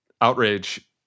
outrage